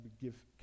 give